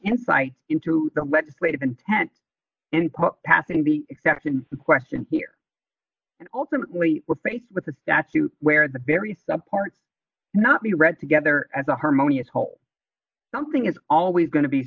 insight into the legislative intent in passing the exception to the question here and ultimately we're faced with a statute where the very some parts not be read together as a harmonious whole something is always going to be